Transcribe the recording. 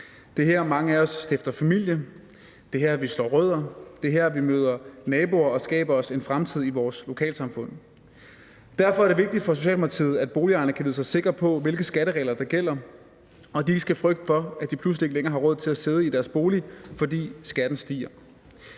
det er her, mange af os stifter familie, det er her, vi slår rødder, det er her, vi møder naboer og skaber os en fremtid i vores lokalsamfund. Derfor er det vigtigt for Socialdemokratiet, at boligejerne kan vide sig sikre på, hvilke skatteregler der gælder, og at de ikke skal frygte for, at de pludselig ikke længere har råd til at sidde i deres bolig, fordi skatten stiger.